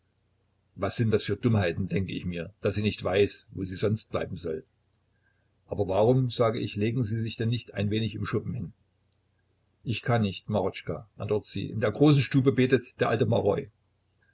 was sind das für dummheiten denke ich mir daß sie nicht weiß wo sie sonst bleiben soll aber warum sage ich legen sie sich denn nicht ein wenig im schuppen hin ich kann nicht marotschka antwortet sie in der großen stube betet der alte maroi